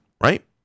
right